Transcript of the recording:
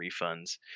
refunds